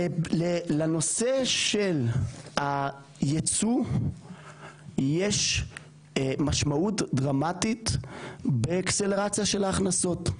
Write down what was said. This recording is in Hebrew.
לנושא של הייצוא יש משמעות דרמטית באקסלרציה של ההכנסות.